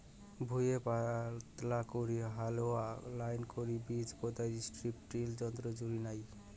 ভুঁইয়ে পাতলা করি হালেয়া লাইন করি বীচি পোতাই স্ট্রিপ টিল যন্ত্রর জুড়ি নাই